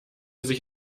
sich